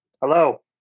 Hello